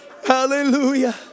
Hallelujah